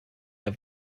der